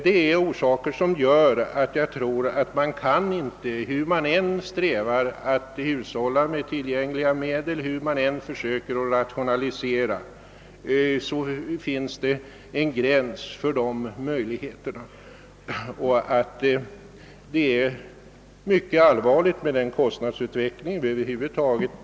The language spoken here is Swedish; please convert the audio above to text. Det är orsaker som gör att man, hur man än strävar efter att hushålla med tillgängliga medel, hur man än försöker rationalisera, kommer fram till att det finns en gräns för dessa möjligheter. Den kostnadsfördyring som oavbrutet sker i samhället drabbar naturligtvis även detta område.